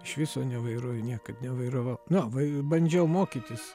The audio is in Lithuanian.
iš viso nevairuoju niekad nevairavau nu bandžiau mokytis